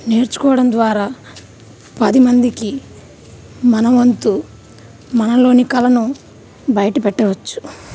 నేర్చుకోవడం ద్వారా పది మందికి మన వంతు మనలోని కళను బయట పెట్టవచ్చు